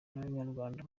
n’abanyarwanda